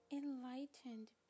enlightened